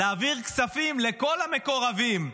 להעביר כספים לכל המקורבים,